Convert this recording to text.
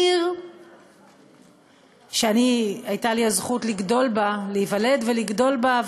עיר שהייתה לי הזכות להיוולד ולגדול בה.